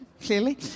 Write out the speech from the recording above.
clearly